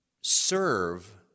serve